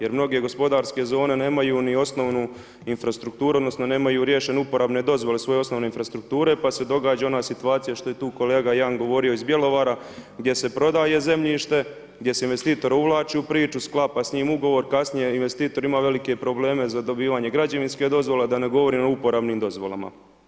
Jer mnoge gospodarske zone nemaju ni osnovnu infrastrukturu odnosno nemaju riješene uporabne dozvole svoje osnovne infrastrukture, pa se događa ona situacija što je tu kolega jedan govorio iz Bjelovara gdje se prodaje zemljište gdje se investitora uvlači u priču, sklapa s njim ugovor, kasnije investitor ima velike probleme za dobivanje građevinske dozvole, a da ne govorim o uporabnim dozvolama.